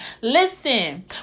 Listen